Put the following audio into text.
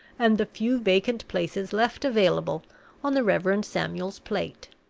and the few vacant places left available on the reverend samuel's plate.